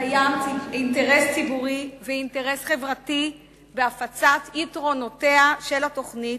קיים אינטרס ציבורי ואינטרס חברתי בהפצת יתרונותיה של התוכנית,